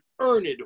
earned